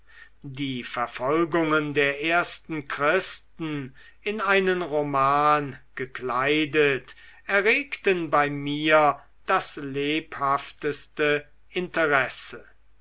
die verfolgungen der ersten christen in einen roman gekleidet erregten bei mir das lebhafteste interesse